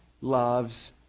loves